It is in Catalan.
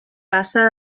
passa